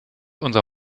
unser